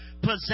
Possess